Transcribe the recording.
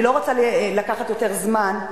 אני לא רוצה לקחת יותר זמן,